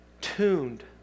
tuned